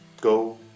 go